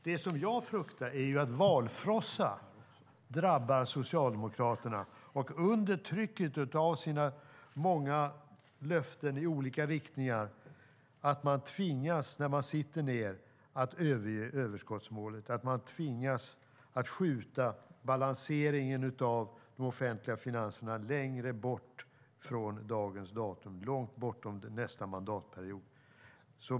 Det jag fruktar är att valfrossa drabbar Socialdemokraterna, och att man sedan, under trycket av sina många löften i olika riktningar, tvingas överge överskottsmålet och skjuta balanseringen av de offentliga finanserna längre bort från dagens datum och långt bortom nästa mandatperiod.